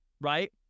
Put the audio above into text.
right